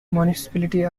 municipality